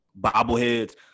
bobbleheads